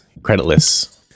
creditless